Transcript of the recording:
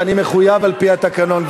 ואני מחויב על-פי התקנון,